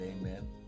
amen